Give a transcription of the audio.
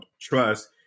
trust